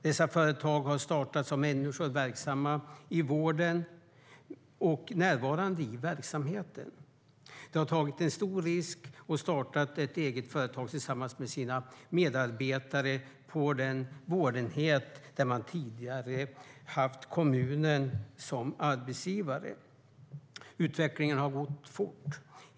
Dessa företag har startats av människor verksamma i vården och närvarande i verksamheten. De har tagit en stor risk och startat ett eget företag tillsammans med sina medarbetare på den vårdenhet där de tidigare har haft kommunen som arbetsgivare. Utvecklingen har gått fort.